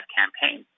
campaign